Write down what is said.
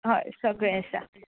हय सगळें आसा